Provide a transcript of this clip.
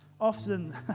often